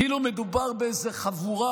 כאילו מדובר באיזו חבורה,